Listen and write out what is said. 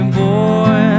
boy